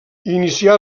inicià